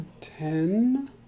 ten